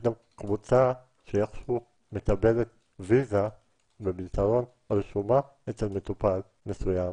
גם קבוצה שאיכשהו מקבלת ויזה --- רשומה אצל מטופל מסוים,